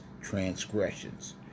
transgressions